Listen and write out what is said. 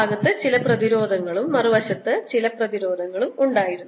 ഈ ഭാഗത്ത് ചില പ്രതിരോധങ്ങളും മറുവശത്ത് മറ്റ് ചില പ്രതിരോധങ്ങളും ഉണ്ടായിരുന്നു